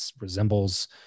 resembles